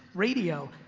radio,